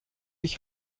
ich